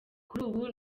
ubu